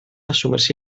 assumersi